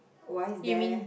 why is there